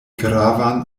gravan